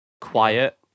Quiet